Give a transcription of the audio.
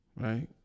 right